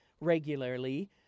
regularly